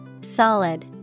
Solid